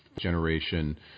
generation